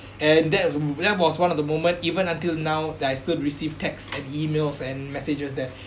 l and that that was one of the moment even until now that I still receive text and emails and messages that